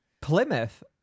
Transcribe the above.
Plymouth